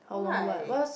why